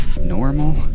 normal